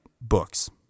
books